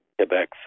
Quebec